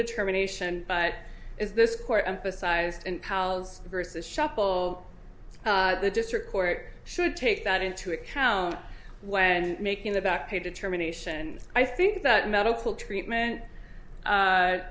determination but is this court emphasized and pals versus chapal the district court should take that into account when making the backpay determination i think that medical treatment